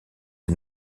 est